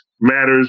matters